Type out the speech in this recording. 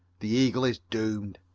the eagle is doomed.